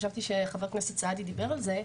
חשבתי שחבר הכנסת סעדי דיבר על זה.